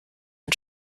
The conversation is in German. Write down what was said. und